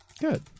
Good